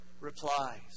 replies